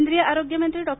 केंद्रीय आरोग्य मंत्री डॉ